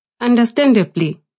Understandably